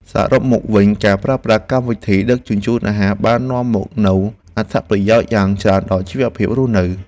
សរុបមកវិញ ការប្រើប្រាស់កម្មវិធីដឹកជញ្ជូនអាហារបាននាំមកនូវអត្ថប្រយោជន៍យ៉ាងច្រើនដល់ជីវភាពរស់នៅ។